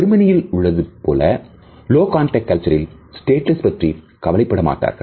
ஜெர்மனியில் உள்ளது போல லோ கான்டக்ட் கல்ச்சரில் ஸ்டேட்டஸ் பற்றி கவலைப்படமாட்டார்கள்